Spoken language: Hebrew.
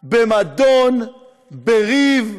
במדון, בריב?